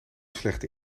slechte